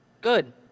Good